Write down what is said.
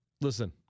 listen